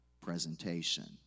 presentation